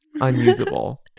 unusable